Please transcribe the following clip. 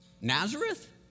Nazareth